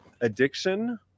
addiction